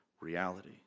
reality